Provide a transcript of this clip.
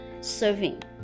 serving